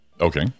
Okay